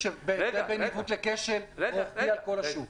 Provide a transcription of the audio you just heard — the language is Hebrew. יש הבדל בין עיוות לכשל רוחבי על כל השוק.